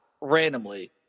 randomly